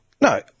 No